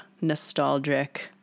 nostalgic